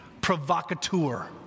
provocateur